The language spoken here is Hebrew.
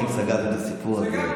סגרנו את זה אתמול.